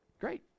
Great